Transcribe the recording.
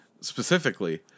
specifically